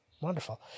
Wonderful